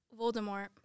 Voldemort